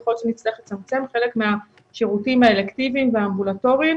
יכול להיות שנצטרך לצמצם חלק מהשירותים האלקטיביים והאמבולטוריים,